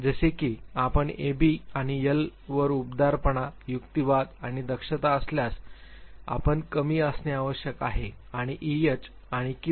जसे की आपण एबी आणि एल वर उबदारपणा युक्तिवाद आणि दक्षता असल्यास आपण कमी असणे आवश्यक आहे आणि ईएच आणि क्यू